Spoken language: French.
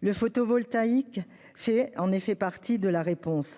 Le photovoltaïque fait en effet partie de la réponse.